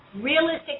realistic